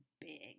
big